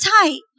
tight